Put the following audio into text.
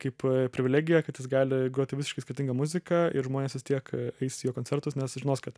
kaip privilegiją kad jis gali groti visiškai skirtingą muziką ir žmonės vis tiek eis į jo koncertus nes žinos kad